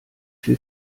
viel